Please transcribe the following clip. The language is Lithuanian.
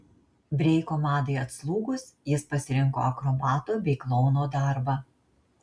breiko madai atslūgus jis pasirinko akrobato bei klouno darbą